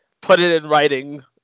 put-it-in-writing